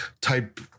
type